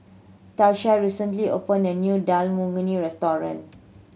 Tasha recently opened a new Dal Makhani Restaurant